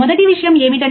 కాబట్టి దశలు ఏమిటి